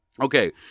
okay